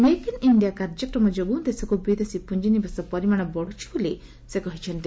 make in India କାର୍ଯ୍ୟକ୍ମ ଯୋଗୁଁ ଦେଶକ୍ତ ବିଦେଶ ପ୍ରଞ୍ଜିନିବେଶ ପରିମାଣ ବତ୍ତଛି ବୋଲି ସେ କହିଛନ୍ତି